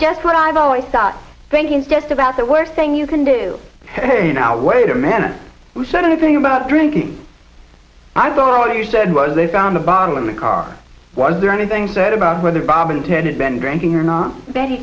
just what i've always thought thinking is just about the worst thing you can do say now wait a minute we said anything about drinking i thought all you said was they found the bottle in the car was there anything said about whether bob intended been drinking or not that he